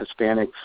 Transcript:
Hispanics